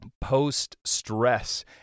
post-stress